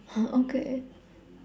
okay